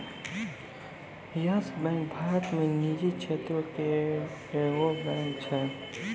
yes Bank Bharat मे निजी क्षेत्रो के एगो बैंक छै